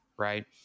Right